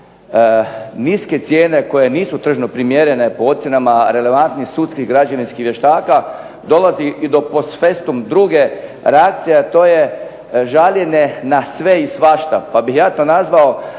niske cijene koje nisu tržno primjerene po ocjenama relevantnih sudskih građevinskih vještaka dolazi i do post festum druge reakcije, a to je žaljenje na sve i svašta, pa bih ja to nazvao